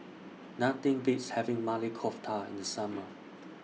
Nothing Beats having Maili Kofta in The Summer